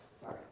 Sorry